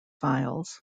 files